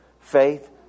faith